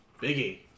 Biggie